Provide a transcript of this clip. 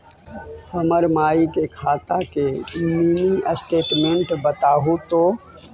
हमर माई के खाता के मीनी स्टेटमेंट बतहु तो?